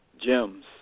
Gems